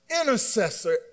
intercessor